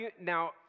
Now